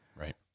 right